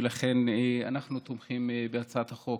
ולכן אנחנו תומכים בהצעת החוק.